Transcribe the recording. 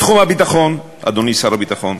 בתחום הביטחון, אדוני שר הביטחון,